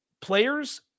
Players